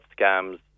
scams